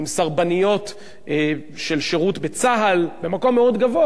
עם סרבניות של שירות בצה"ל במקום מאוד גבוה,